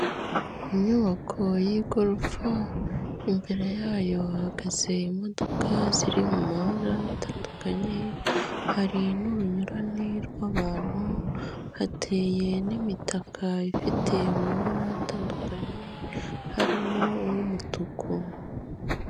Inyubako y'igorofa imbere yayo hahagaze imodoka ziri mu mabara atandukanye, hari n'urunyurane rw'abantu, hateye n'imitaka ifite amabara atandukanye harimo uw'umutuku.